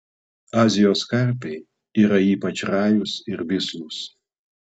azijos karpiai yra ypač rajūs ir vislūs